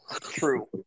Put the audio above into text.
True